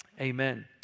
Amen